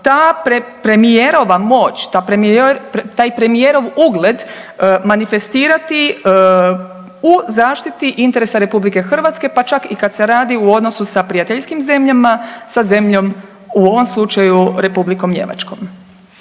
ta premijerova moć, taj premijerov ugled manifestirati u zaštiti interesa Republike Hrvatske pa čak i kad se radi u odnosu sa prijateljskim zemljama, sa zemljom, u ovom slučaju Republikom Njemačkom.